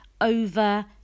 over